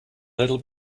little